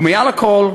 ומעל הכול,